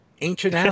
ancient